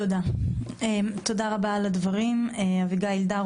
תודה רבה על הדברים לאביגיל דר,